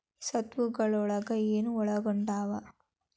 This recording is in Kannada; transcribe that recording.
ಸ್ವತ್ತುಗಲೊಳಗ ಏನು ಒಳಗೊಂಡಾವ?